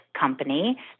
company